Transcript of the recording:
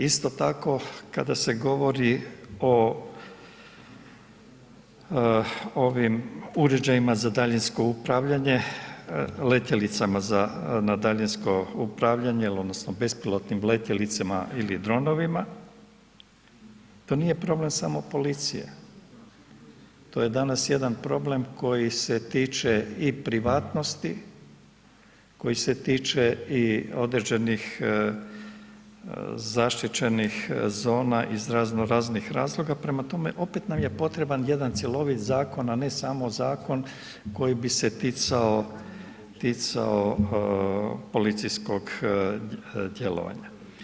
Isto tako kada se govori o ovim uređajima za daljinsko upravljanje, letjelicama na daljinsko upravljanje il odnosno bespilotnim letjelicama ili dronovima, to nije problem samo policije, to je danas jedan problem koji se tiče i privatnosti, koji se tiče i određenih zaštićenih zona iz razno raznih razloga, prema tome, opet nam je potreban jedan cjelovit zakon, a ne samo zakon koji bi se ticao policijskog djelovanja.